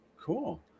Cool